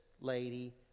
lady